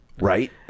Right